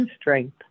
strength